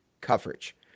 coverage